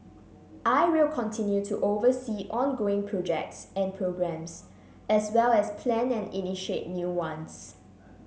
I will continue to oversee ongoing projects and programmes as well as plan and initiate new ones